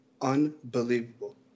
Unbelievable